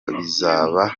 bizaba